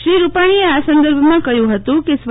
શ્રી રૂપાણીએ આ સંદર્ભમાં કહ્યું હતું કે સ્વ